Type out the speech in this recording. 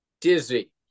dizzy